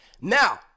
Now